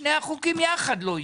שני החוקים יחד לא יהיו.